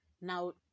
now